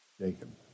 Jacob